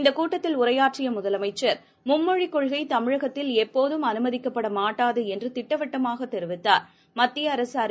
இந்தகூட்டத்தில் உரையாற்றியமுதலமைச்சர் மும்மொழிக் கொள்கைதமிழகத்தில் எப்போதம் அனுமதிக்கப்படமாட்டாதுஎன்றுதிட்டவட்டமாகத் தெரிவித்தாா்